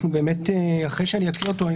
אחרי שאקרא אותו,